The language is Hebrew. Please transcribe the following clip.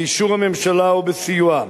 באישור הממשלה או בסיועה,